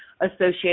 associated